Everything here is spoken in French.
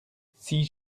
six